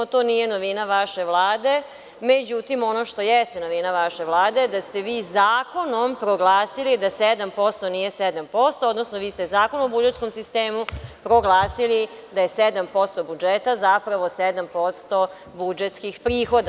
To nije novina vaše Vlade, međutim ono što jeste novina vaše Vlade, da ste vi zakonom proglasili da 7% nije 7%, odnosno vi ste Zakonom o budžetskom sistemu proglasili da je 7% budžeta zapravo 7% budžetskih prihoda.